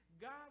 God